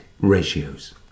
ratios